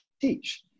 teach